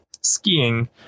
skiing